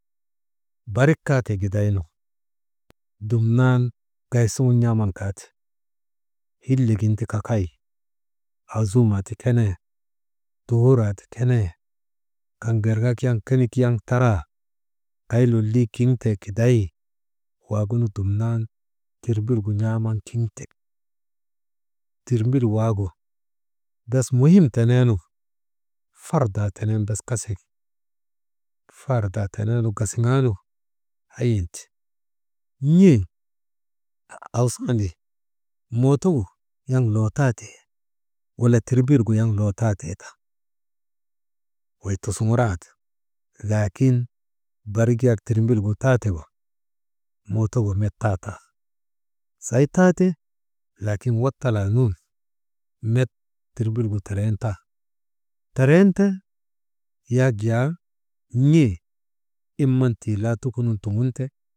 Barik kaa tee gidaynu, dumnaanu gay suŋun n̰aaman gaate, hillek gin ti kakay aazuumaa ti kakay, tohuuraa ti kenee, kaŋ gerŋek yaŋ kenik yaŋ taraa, kay lolii kiŋtee kiday waagunu dumnan tirmbil gu n̰aaman kiŋte, tirmbil waagu bes muhim teneenu fardaa tenen bes kasiŋ, fardaa tenen gasiŋaanu hayinti n̰e awsandi, mootogu an lootaatee, wala tirmbil gu an loo taatee taa, wey tusuŋurandi, laakin barik yak tirmbilgu taategu, mootogu met taatan sehi taate, laakin wattalaanun met tirmbilgu terintan, terinte yak jaa n̰e imman tii laa tukunun tuŋunte.